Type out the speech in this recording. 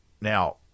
now